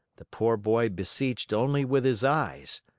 the poor boy beseeched only with his eyes.